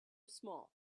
small